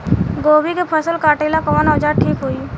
गोभी के फसल काटेला कवन औजार ठीक होई?